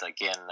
again